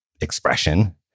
expression